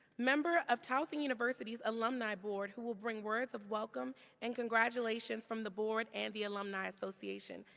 member of towson university's alumni board, who will bring words of welcome and congratulations from the board and the alumni association.